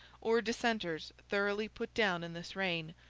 or dissenters, thoroughly put down in this reign,